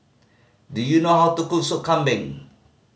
do you know how to cook Sop Kambing